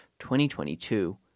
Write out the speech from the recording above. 2022